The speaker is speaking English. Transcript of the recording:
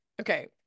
okay